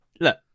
look